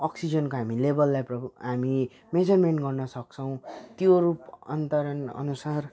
अक्सिजनको हामी लेभललाई हामी मेजरमेन्ट गर्न सक्छौँ त्यो रूपान्तरण अनुसार